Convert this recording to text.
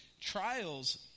trials